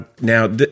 now